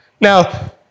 Now